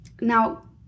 Now